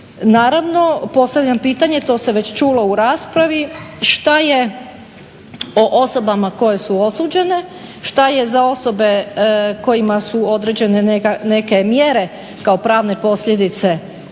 Naravno postavljam pitanje, to se već čulo u raspravi, šta je s osobama koje su osuđene, šta je za osobe kojima su određene neke mjere kao pravne posljedice osude,